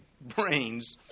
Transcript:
brains